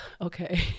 okay